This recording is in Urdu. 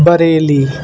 بریلی